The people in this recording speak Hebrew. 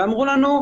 ואמרו לנו: